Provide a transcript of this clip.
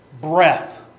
breath